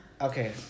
Okay